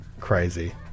Crazy